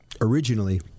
originally